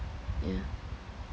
yeah